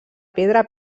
pedra